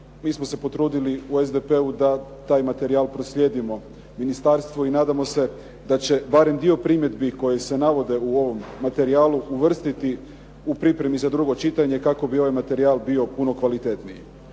mi smo se potrudili u SDP-u da taj materijal proslijedimo ministarstvu. I nadamo se da će barem dio primjedbi koje se navode u ovom materijalu uvrstiti u pripremi za drugo čitanje kako bi ovaj materijal bio puno kvalitetniji.